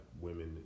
women